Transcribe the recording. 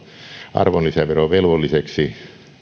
arvonlisäverovelvolliseksi